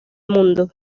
mundo